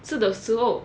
吃的时候